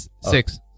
six